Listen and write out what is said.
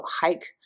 hike